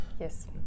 Yes